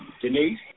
Denise